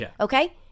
okay